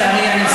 בסדר, אני מסיים.